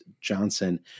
johnson